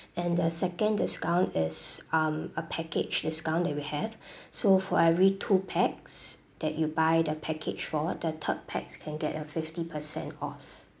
and the second discount is um a package discount that we have so for every two pax that you buy the package for the third pax can get a fifty percent off